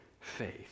faith